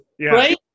Right